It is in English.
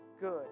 good